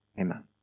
Amen